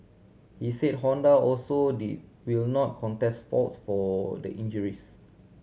he said Honda also they will not contest faults for the injuries